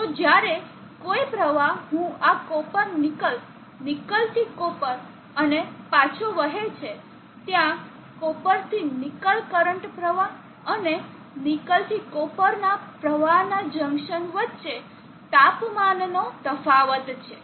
તો જ્યારે કોઈ પ્રવાહ હું આ કોપર નિકલ નિકલથી કોપર અને પાછોવહે છે ત્યાં કોપર થી નિકલ કરંટ પ્રવાહ અને નિકલ થી કોપર ના પ્રવાહના જંકશન વચ્ચે તાપમાનનો તફાવત છે